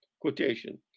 quotation